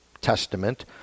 testament